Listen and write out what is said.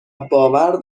باور